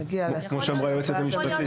כמו שאמרה היועצת המשפטית,